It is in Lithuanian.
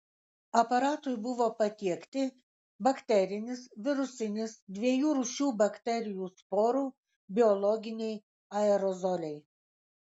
aparatui buvo patiekti bakterinis virusinis dviejų rūšių bakterijų sporų biologiniai aerozoliai